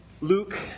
Luke